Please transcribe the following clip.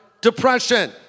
depression